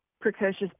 precocious